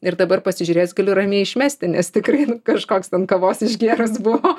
ir dabar pasižiūrėjus galiu ramiai išmesti nes tikrai nu kažkoks ten kavos išgėrus buvo